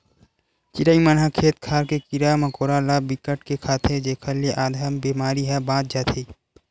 चिरई मन ह खेत खार के कीरा मकोरा ल बिकट के खाथे जेखर ले आधा बेमारी ह बाच जाथे